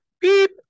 beep